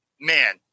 man